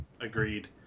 Agreed